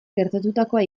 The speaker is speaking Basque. gertatutakoa